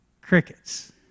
crickets